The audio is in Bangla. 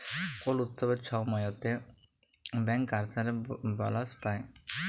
কল উৎসবের ছময়তে ব্যাংকার্সরা বলাস পায়